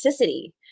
toxicity